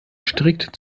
strikt